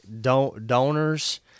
donors